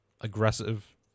aggressive